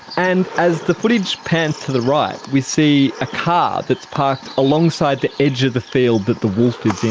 and as the footage pans to the right we see a car that's parked alongside the edge of the field that the wolf is in.